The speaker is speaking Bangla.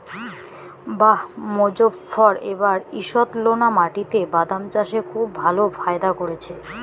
বাঃ মোজফ্ফর এবার ঈষৎলোনা মাটিতে বাদাম চাষে খুব ভালো ফায়দা করেছে